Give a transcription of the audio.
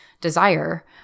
desire